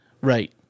right